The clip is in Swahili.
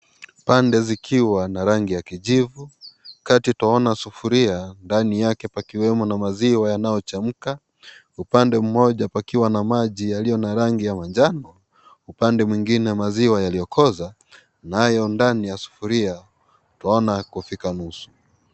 Pande zikiwa na rangi ya kijivu kati utaona sufuria, ndani yake pakiwemo maziwa yanayochemka, upande moja pakiwa na maji yaliyo na rangi ya manjano, upande mwingine maziwa yaliyokoza nayo ndani ya sufuria twaona kufika nusu.